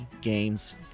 games